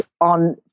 on